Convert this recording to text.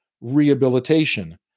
Rehabilitation